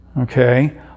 Okay